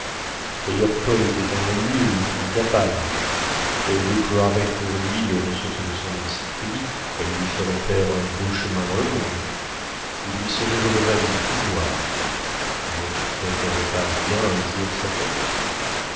d'ailleurs paul était un homme nul incapable elle déploierait pour lui les ressources de son esprit elle lui ferait faire un beau chemin dans le monde il lui serait redevable du pouvoir nacquitterait elle pas bien un jour sa dette